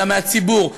אלא מהציבור,